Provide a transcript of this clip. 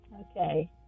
Okay